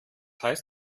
heißt